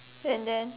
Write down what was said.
and then